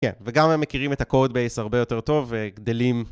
כן, וגם הם מכירים את הקוד בייס הרבה יותר טוב וגדלים.